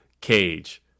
cage